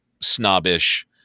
snobbish